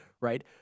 Right